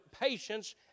patience